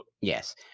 Yes